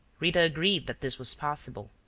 rita agreed that this was possible.